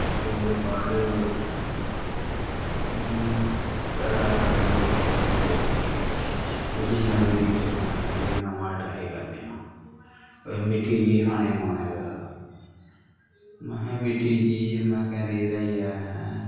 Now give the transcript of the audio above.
ते ओह्दे बाद घरै आह्ले आखन लगे अज्ज कुछ नमीं डिश बनानी कुछ नमां ट्राई करने आं अज्ज मिट्ठी चीज खाने गी मन ऐ करा दा महां मिट्ठी चीज में आखेआ रेही राहियै अहें